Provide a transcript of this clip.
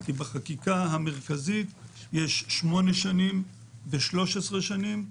בחקיקה המרכזית יש 8 שנים ו-13 שנים.